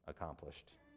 accomplished